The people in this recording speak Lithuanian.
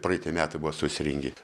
praeiti metai buvo sausringi